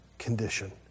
condition